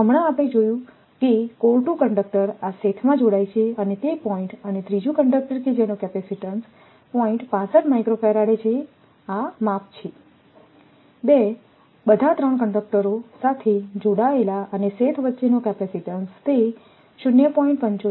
હમણાં આપણે જોયું છે કે કોર ટુ કંડક્ટર આ શેથમાં જોડાય છે અને તે પોઇન્ટ્ અને ત્રીજું કંડક્ટર કે જેનો કેપેસિટીન્સ છે આ માપ છે 2 બધા 3 કંડકટરો સાથે જોડાયેલા અને શેથ વચ્ચેનો કેપેસિટીન્સ તે 0